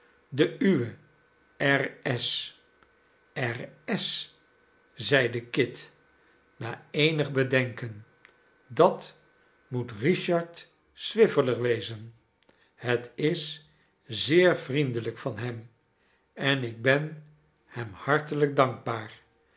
s zeide kit na eenig bedenken dat moet richard swiveller wezen het is zeer vriendelijk van hem en ik ben hem hartelijk dankbaar